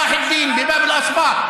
רחוב צלאח א-דין, שער השבטים.)